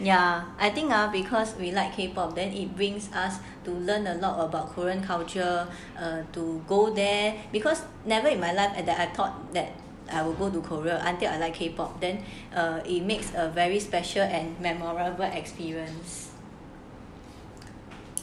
ya I think ah because we like K pop then it brings us to learn a lot about korean culture or to go there because never in my life at that I thought that I would go to korea until I like K pop then err it makes a very special and memorable experience